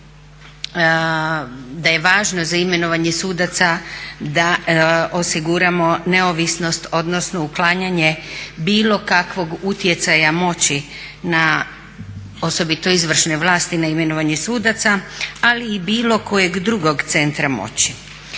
da je važno za imenovanje sudaca da osiguramo neovisnost, odnosno uklanjanje bilo kakvog utjecaja moći na, osobito izvršne vlasti, na imenovanje sudaca ali i bilo kojeg drugog centra moći.